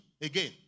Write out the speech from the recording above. Again